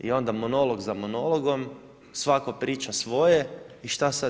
I onda monolog za monologom, svatko priča svoje i šta sad?